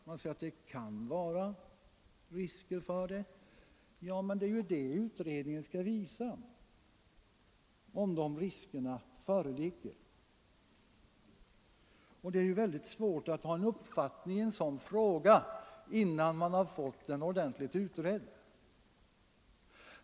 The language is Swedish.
Man säger att det kan vara risker för det. Ja, men det är ju det utredningen skall visa — om sådana risker föreligger! Det är ju väldigt svårt att ha en uppfattning i en sådan fråga innan den är ordentligt utredd.